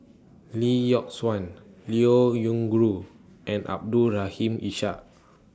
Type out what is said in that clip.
Lee Yock Suan Liao Yingru and Abdul Rahim Ishak